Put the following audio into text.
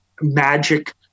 magic